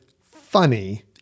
funny